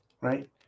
right